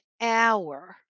hour